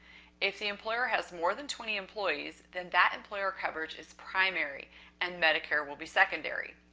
if the employer has more than twenty employees, then that employer coverage is primary and medicare will be secondary.